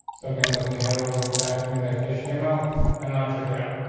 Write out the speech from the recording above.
so again, let me head over back to indexation email and now check it out.